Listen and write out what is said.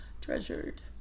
treasured